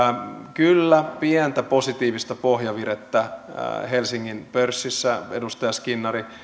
kyllä pientä positiivista pohjavirettä on helsingin pörssissä edustaja skinnari